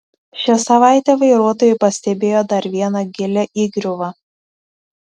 šią savaitę vairuotojai pastebėjo dar vieną gilią įgriuvą